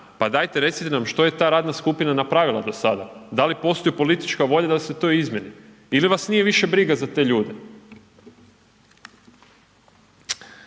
pa dajte recite nam, što je ta radna skupina napravila do sada. Da li postoji politička volja da se to izmijeni? Ili vas nije više briga za te ljude?